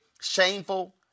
shameful